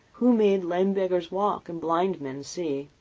who made lame beggars walk, and blind men see.